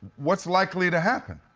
what's likely to happen?